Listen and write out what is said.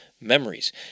memories